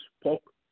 spoke